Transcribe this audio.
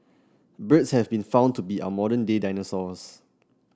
birds have been found to be our modern day dinosaurs